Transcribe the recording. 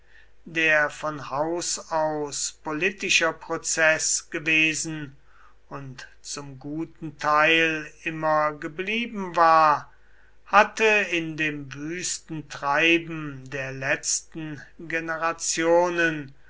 der von haus aus politischer prozeß gewesen und zum guten teil immer geblieben war hatte in dem wüsten treiben der letzten generationen